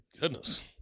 Goodness